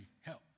help